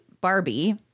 Barbie